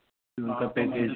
उनका पैकेज